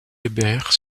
hébert